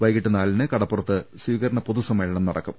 വൈകീട്ട് നാലിന് കടപ്പുറത്ത് സ്വീകരണപൊതുസ മ്മേളനം നടക്കും